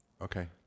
Okay